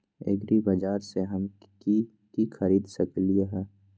एग्रीबाजार से हम की की खरीद सकलियै ह?